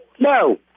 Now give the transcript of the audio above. No